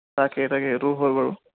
তাকে তাকে এইটোও হয় বাৰু